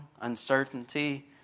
uncertainty